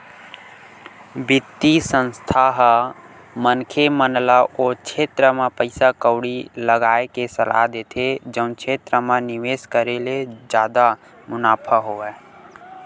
बित्तीय संस्था ह मनखे मन ल ओ छेत्र म पइसा कउड़ी लगाय के सलाह देथे जउन क्षेत्र म निवेस करे ले जादा मुनाफा होवय